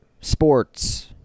Sports